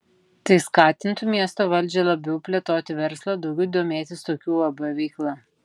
tai skatintų miesto valdžią labiau plėtoti verslą daugiau domėtis tokių uab veikla